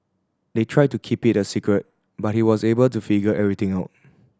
they tried to keep it a secret but he was able to figure everything out